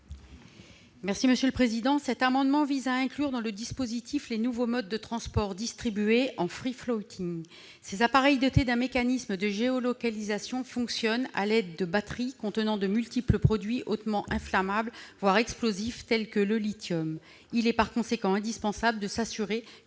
Mme Nicole Duranton. Cet amendement vise à inclure dans le dispositif les nouveaux modes de transport proposés en. Ces appareils, dotés d'un mécanisme de géolocalisation, fonctionnent à l'aide de batteries contenant de multiples produits hautement inflammables, voire explosifs, tels que le lithium. Il est par conséquent indispensable d'obliger le